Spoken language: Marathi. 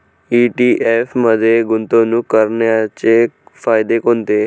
ई.टी.एफ मध्ये गुंतवणूक करण्याचे फायदे कोणते?